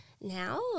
now